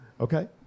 Okay